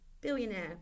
billionaire